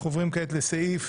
אנחנו עוברים כעת לסעיף